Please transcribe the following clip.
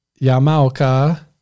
Yamaoka